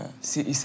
c'est